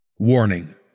Warning